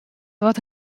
wat